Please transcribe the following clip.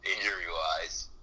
injury-wise